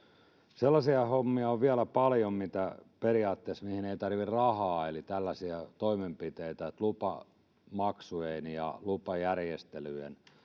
sellaisia hommia on vielä paljon mihin periaatteessa ei tarvita rahaa eli tällaisia toimenpiteitä kuin lupamaksujen ja lupajärjestelyjen